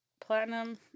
platinum